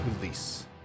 release